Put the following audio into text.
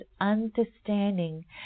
understanding